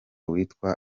witwa